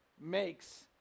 makes